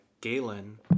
Galen